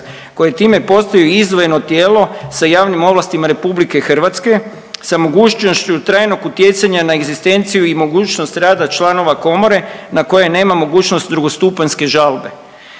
koje time postaju izdvojeno tijelo sa javnim ovlastima RH sa mogućnošću trajnog utjecanja na egzistenciju i mogućnost rada članova komore na koje nema mogućnost drugostupanjske žalbe